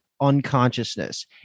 unconsciousness